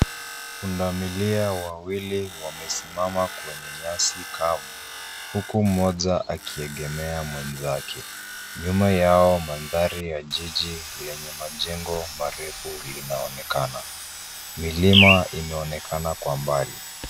Punda milia wawili wamesimama kwenye nyasi kavu uku mmoja akiegemea mwezake. Nyuma yao mandhari ya jiji lenye majengo marefu linaonekana. Milima inaonekana kwa mbali.